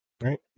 right